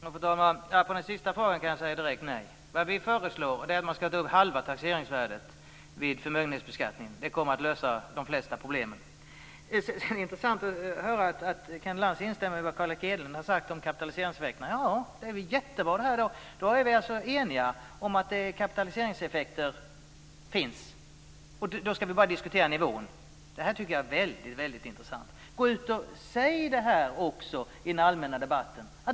Fru talman! På den sista frågan kan jag svara direkt: Nej. Vi föreslår att man ska ta upp halva taxeringsvärdet vid förmögenhetsbeskattningen. Det kommer att lösa de flesta problem. Det är intressant att höra att Kenneth Lantz instämmer med vad Carl Erik Hedlund har sagt om kapitaliseringseffekterna. Det är väl jättebra det här! Då är vi alltså eniga om att kapitaliseringseffekter finns, och då ska vi bara diskutera nivån. Det här tycker jag är väldigt intressant. Gå ut och säg detta också i den allmänna debatten!